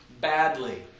Badly